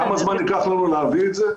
כמה זמן ייקח לנו להביא את זה?